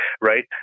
right